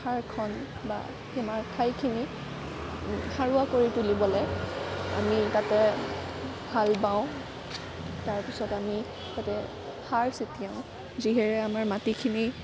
পথাৰখন বা সীমাৰ ঠাইখিনি সাৰুৱা কৰি তুলিবলৈ আমি তাতে হাল বাওঁ তাৰপিছত আমি তাতে সাৰ চতিয়াওঁ যিহেৰে আমাৰ মাটিখিনি